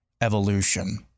evolution